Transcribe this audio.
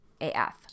AF